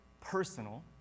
personal